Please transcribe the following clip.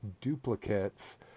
duplicates